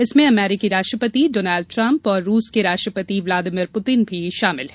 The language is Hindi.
इसमें अमेरिकी राष्ट्रपति डोनाल्ड ट्रंप और रूस के राष्ट्रपति ब्लादिभिर पुतिन भी शामिल हैं